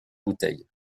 bouteille